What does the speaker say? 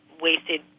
wasted